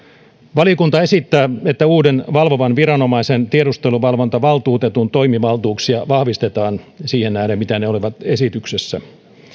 valiokunta esittää että uuden valvovan viranomaisen tiedusteluvalvontavaltuutetun toimivaltuuksia vahvistetaan siihen nähden mitä ne olivat esityksessä